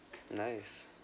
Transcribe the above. nice